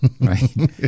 right